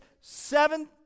seven